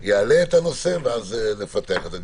יעלה את הנושא ואז נפתח את הדיון.